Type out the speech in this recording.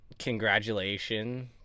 Congratulations